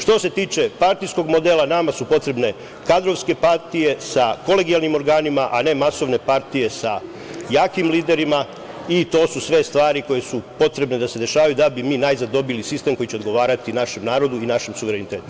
Što se tiče partijskog modela nama su potrebne kadrovske partije sa kolegijalnim organima, a ne masovne partije sa jakim liderima i to su sve stvari koje su potrebne da se dešavaju da bi mi najzad dobili sistem koji će odgovarati našem narodu i našem suverenitetu.